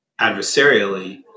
adversarially